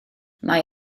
mae